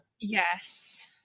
Yes